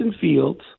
Fields